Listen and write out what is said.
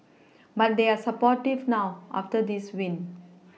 but they are supportive now after this win